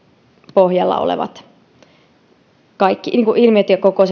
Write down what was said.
pohjalla olevat kaikki ilmiöt ja koko